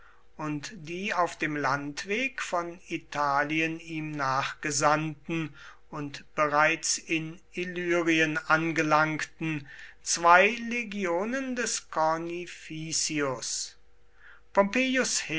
und die auf dem landweg von italien ihm nachgesandten und bereits in illyrien angelangten zwei legionen des